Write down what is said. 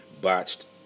botched